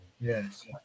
Yes